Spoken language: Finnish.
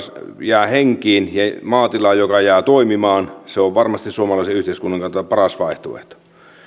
jää henkiin ja maatila joka jää toimimaan on varmasti suomalaisen yhteiskunnan kannalta paras vaihtoehto